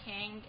King